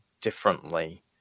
differently